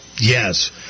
Yes